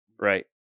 Right